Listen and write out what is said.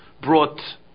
brought